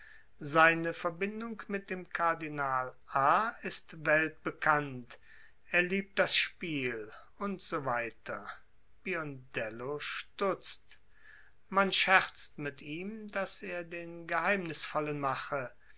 seine verbindung mit dem kardinal a i ist weltbekannt er liebt das spiel u s w biondello stutzt man scherzt mit ihm daß er den geheimnisvollen mache